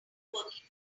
working